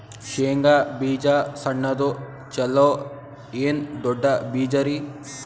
ಶೇಂಗಾ ಬೀಜ ಸಣ್ಣದು ಚಲೋ ಏನ್ ದೊಡ್ಡ ಬೀಜರಿ?